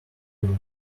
drink